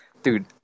Dude